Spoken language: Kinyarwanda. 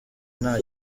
nta